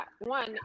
One